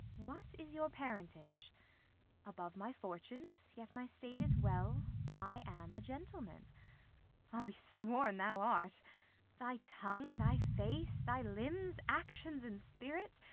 what is your parentage above my fortunes, yet my state is well i am a gentleman i'll be sworn thou art thy tongue, thy face, thy limbs, actions, and spirit,